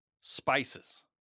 spices